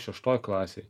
šeštoj klasėj